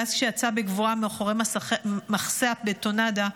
ואז כשיצא בגבורה מאחורי מחסה הבטונדה,